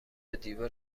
دیوار